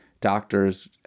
doctors